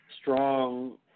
strong